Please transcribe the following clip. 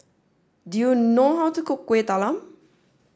do you know how to cook Kuih Talam